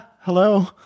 hello